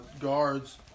guards